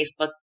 Facebook